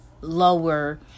lower